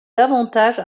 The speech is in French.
davantage